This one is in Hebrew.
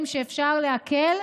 לתקן.